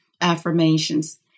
affirmations